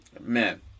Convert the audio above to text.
Man